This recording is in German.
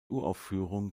uraufführung